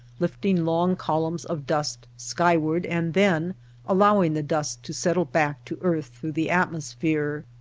lifting long columns of dust skyward and then allowing the dust to settle back to earth through the atmosphere.